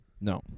no